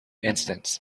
incidents